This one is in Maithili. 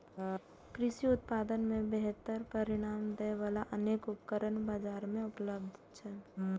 कृषि उत्पादन मे बेहतर परिणाम दै बला अनेक उपकरण बाजार मे उपलब्ध छै